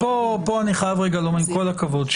דין --- פה אני חייב להגיד שעם כל הכבוד,